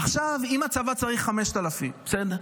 עכשיו, אם הצבא צריך 5,000, בסדר?